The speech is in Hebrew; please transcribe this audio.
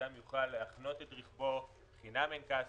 שאדם יוכל להחנות את רכבו חינם אין כסף,